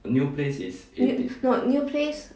no new place